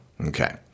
Okay